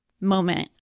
moment